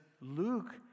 Luke